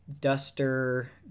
Duster